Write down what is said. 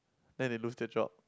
then they lose their job